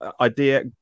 idea